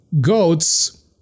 GOATS